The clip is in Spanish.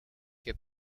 que